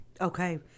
Okay